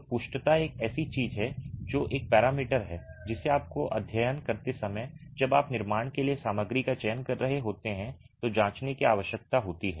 तो पुष्टता एक ऐसी चीज है जो एक पैरामीटर है जिसे आपको अध्ययन करते समय जब आप निर्माण के लिए सामग्री का चयन कर रहे होते हैं तो जांचने की आवश्यकता होती है